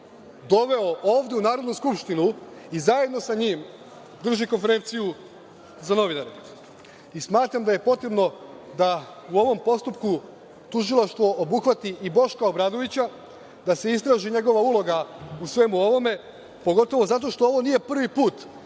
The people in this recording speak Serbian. doveo ovde u Narodnu skupštinu i zajedno sa njim drži konferenciju za novinare. Smatram da je potrebno da u ovom postupku Tužilaštvo obuhvati i Boška Obradovića, da se istraži njegova uloga u svemu ovome, pogotovo zato što ovo nije prvi put